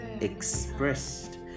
expressed